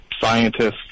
scientists